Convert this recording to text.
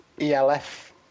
ELF